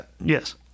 yes